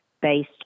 based